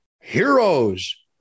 heroes